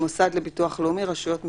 המוסד לביטוח לאומי, רשויות מקומיות,